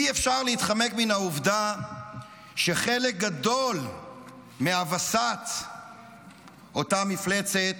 אי-אפשר להתחמק מן העובדה שחלק גדול מהבסת אותה מפלצת